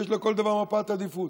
יש לכל דבר מפת עדיפות.